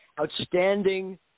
outstanding